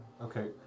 Okay